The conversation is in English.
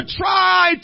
try